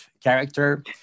character